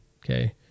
okay